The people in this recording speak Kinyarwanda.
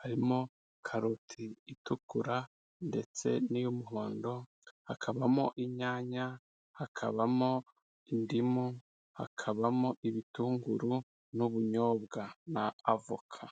Harimo: karoti itukura ndetse n'iy'umuhondo, hakabamo inyanya, hakabamo indimu, hakabamo ibitunguru n'ubunyobwa. Na avoka.